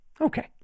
Okay